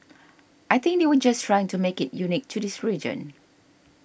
I think they were just trying to make it unique to this region